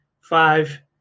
five